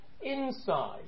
inside